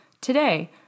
Today